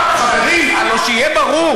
ועוד פעם, עוד פעם, חברים, הלוא, שיהיה ברור,